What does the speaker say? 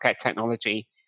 technology